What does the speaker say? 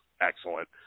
excellent